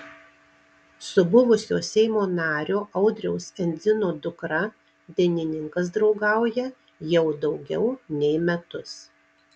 su buvusio seimo nario audriaus endzino dukra dainininkas draugauja jau daugiau nei metus